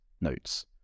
notes